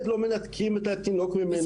לא מנתקים את התינוק ממנה.